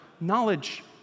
knowledge